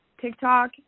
TikTok